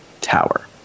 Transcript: Tower